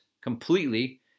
completely